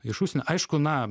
iš užsienio aišku na